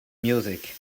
music